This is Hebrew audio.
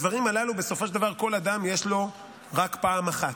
הדברים הללו בסופו של דבר לכל אדם יש רק פעם אחת.